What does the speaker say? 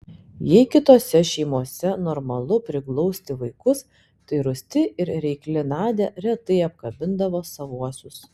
jei kitose šeimose normalu priglausti vaikus tai rūsti ir reikli nadia retai apkabindavo savuosius